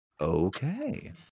Okay